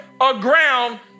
aground